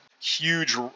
Huge